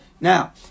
Now